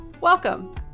Welcome